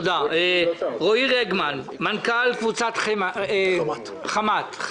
רועי רגרמן, מנכ"ל קבוצת חמת חרסה.